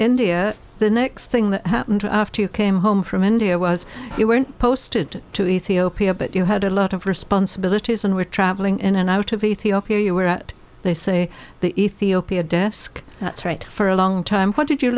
india the next thing that happened after you came home from india was you were posted to ethiopia but you had a lot of responsibilities and were traveling in and out of ethiopia you were at they say the ethiopia desk that's right for a long time what did you